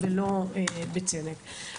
שלא בצדק.